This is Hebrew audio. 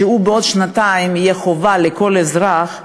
שבעוד שנתיים הוא יהיה חובה על כל אזרח,